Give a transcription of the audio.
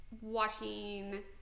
watching